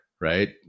Right